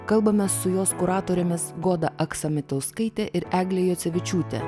kalbamės su jos kuratorėmis goda aksamitauskaite ir egle jocevičiūte